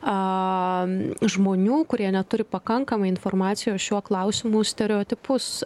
a žmonių kurie neturi pakankamai informacijos šiuo klausimu stereotipus